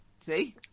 See